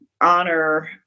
honor